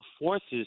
forces